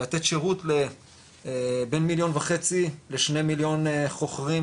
לתת שירות לבין מליון וחצי ל-2 מליון חוכרים,